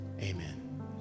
Amen